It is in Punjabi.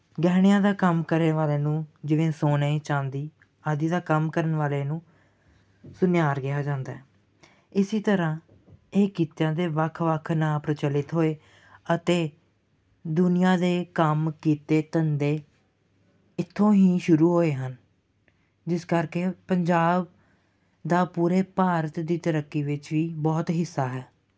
ਗਹਿਣਿਆਂ ਦਾ ਕੰਮ ਕਰਨ ਵਾਲਿਆਂ ਨੂੰ ਜਿਵੇਂ ਸੋਨੇ ਚਾਂਦੀ ਆਦਿ ਦਾ ਕੰਮ ਕਰਨ ਵਾਲੇ ਨੂੰ ਸੁਨਿਆਰ ਕਿਹਾ ਜਾਂਦਾ ਹੈ ਇਸੀ ਤਰ੍ਹਾਂ ਇਹ ਕਿੱਤਿਆਂ ਦੇ ਵੱਖ ਵੱਖ ਨਾਂ ਪ੍ਰਚਲਿਤ ਹੋਏ ਅਤੇ ਦੁਨੀਆਂ ਦੇ ਕੰਮ ਕਿੱਤੇ ਧੰਦੇ ਇੱਥੋਂ ਹੀ ਸ਼ੁਰੂ ਹੋਏ ਹਨ ਜਿਸ ਕਰਕੇ ਪੰਜਾਬ ਦਾ ਪੂਰੇ ਭਾਰਤ ਦੀ ਤਰੱਕੀ ਵਿੱਚ ਵੀ ਬਹੁਤ ਹਿੱਸਾ ਹੈ